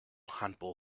handball